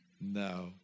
No